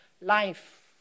life